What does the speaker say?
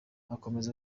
akomeza